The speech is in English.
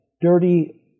dirty